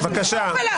בבקשה.